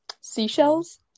seashells